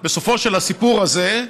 בסופו של הסיפור הזה,